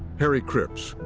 harry cripps,